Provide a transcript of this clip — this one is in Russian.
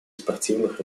спортивных